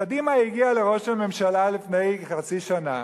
קדימה הגיעה לראש הממשלה לפני חצי שנה,